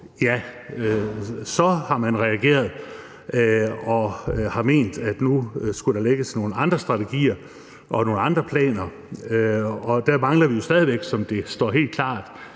ja, så reagerede man og mente, at nu skulle der lægges en anden strategi og nogle andre planer. Der mangler vi jo stadig væk, som det står nu, en klar